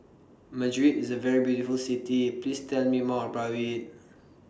Madrid IS A very beautiful City Please Tell Me More about IT